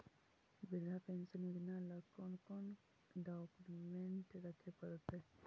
वृद्धा पेंसन योजना ल कोन कोन डाउकमेंट रखे पड़तै?